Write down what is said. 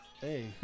Hey